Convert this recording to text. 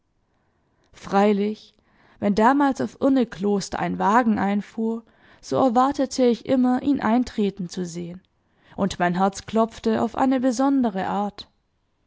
freilich wenn damals auf urnekloster ein wagen einfuhr so erwartete ich immer ihn eintreten zu sehen und mein herz klopfte auf eine besondere art